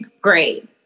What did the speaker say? great